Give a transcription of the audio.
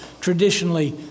traditionally